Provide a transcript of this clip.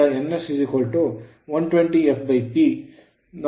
ನಾವು ಇದನ್ನು f nsP120ಎಂದು ಮರು ಬರೆಯಬಹುದು